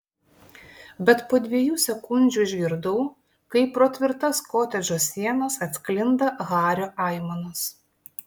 bet po dviejų sekundžių išgirdau kaip pro tvirtas kotedžo sienas atsklinda hario aimanos